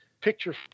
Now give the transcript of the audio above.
picture